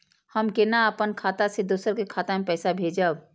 हम केना अपन खाता से दोसर के खाता में पैसा भेजब?